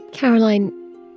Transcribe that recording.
Caroline